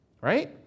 right